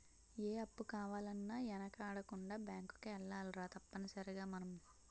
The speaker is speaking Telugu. ఏ అప్పు కావాలన్నా యెనకాడకుండా బేంకుకే ఎల్లాలిరా తప్పనిసరిగ మనం